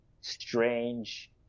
strange